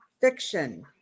fiction